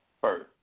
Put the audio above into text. first